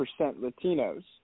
Latinos